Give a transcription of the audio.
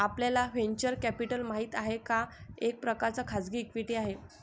आपल्याला venture capital माहित आहे, हा एक प्रकारचा खाजगी इक्विटी आहे